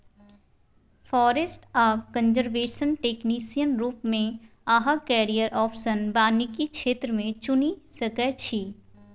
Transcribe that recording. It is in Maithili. फारेस्ट आ कनजरबेशन टेक्निशियन रुप मे अहाँ कैरियर आप्शन बानिकी क्षेत्र मे चुनि सकै छी